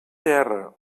terra